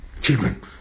children